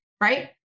right